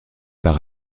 par